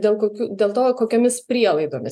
dėl kokių dėl to kokiomis prielaidomis